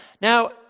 Now